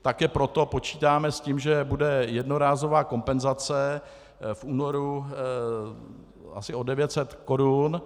Také proto počítáme s tím, že bude jednorázová kompenzace v únoru asi o 900 korun.